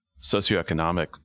socioeconomic